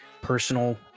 personal